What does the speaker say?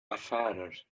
affärer